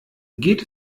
geht